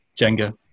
Jenga